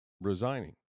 resigning